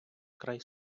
край